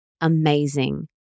amazing